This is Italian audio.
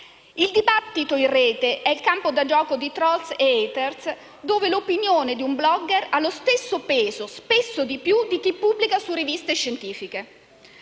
Il dibattito in Rete è il campo da gioco di *trolls* e *haters*, dove l'opinione di un *blogger* ha lo stesso peso, spesso maggiore, di chi pubblica su riviste scientifiche.